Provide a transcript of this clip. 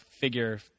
figure